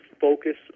focus